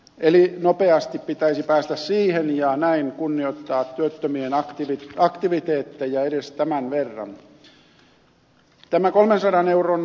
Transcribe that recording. eli nopeasti pitäisi päästä siihen ja näin kunnioittaa työttömien aktiviteetteja edes tämän verran